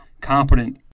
competent